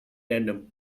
random